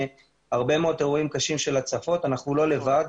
הרבה מאוד אירועים קשים של הצפות ואנחנו לא לבד.